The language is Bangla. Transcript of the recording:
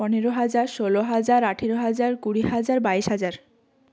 পনেরো হাজার ষোলো হাজার আঠেরো হাজার কুড়ি হাজার বাইশ হাজার